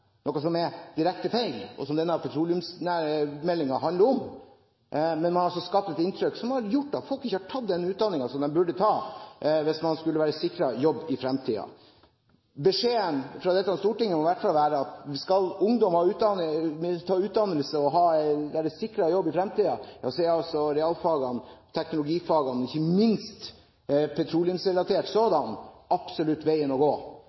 noe som er direkte feil, og som denne petroleumsmeldingen handler om. Men man har altså skapt et inntrykk som har gjort at folk ikke har tatt den utdanningen som de burde ta, hvis de skulle være sikret jobb i fremtiden. Beskjeden fra dette storting må i hvert fall være at skal ungdommen ta utdannelse og være sikret jobb i fremtiden, er altså realfagene, teknologifagene, ikke minst petroleumsrelaterte sådanne, absolutt veien å gå.